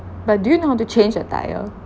but do you know how to change the tyre